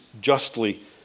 justly